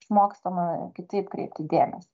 išmokstama kitaip kreipti dėmesį